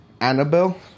Annabelle